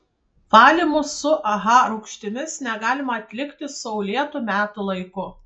valymų su aha rūgštimis negalima atlikti saulėtu metų laiku